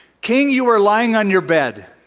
king you are lying on your bed